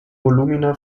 volumina